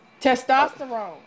Testosterone